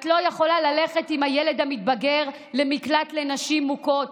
את לא יכולה ללכת עם הילד המתבגר למקלט לנשים מוכות.